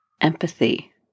empathy